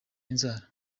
inzara